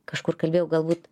kažkur kalbėjau galbūt